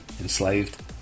enslaved